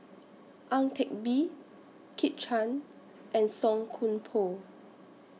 Ang Teck Bee Kit Chan and Song Koon Poh